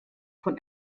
von